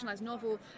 novel